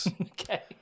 Okay